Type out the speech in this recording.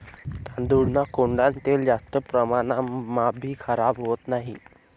तांदूळना कोंडान तेल जास्त तापमानमाभी खराब होत नही